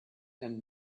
and